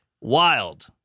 wild